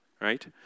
right